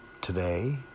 today